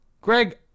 Greg